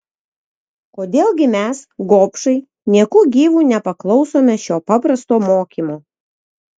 kodėl gi mes gobšai nieku gyvu nepaklausome šio paprasto mokymo